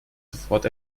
sofort